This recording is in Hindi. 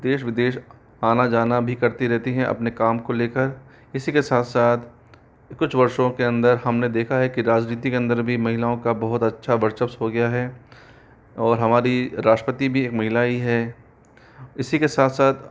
देश विदेश आना जाना भी करती रहती हैं अपने काम को लेकर इसी के साथ साथ कुछ वर्षों के अंदर हमने देखा है कि राजनीति के अंदर भी महिलाओं का बहुत अच्छा वर्चस्व हो गया है और हमारी राष्ट्रपति भी एक महिला ही है इसी के साथ साथ